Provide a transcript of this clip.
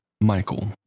Michael